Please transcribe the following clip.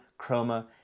Chroma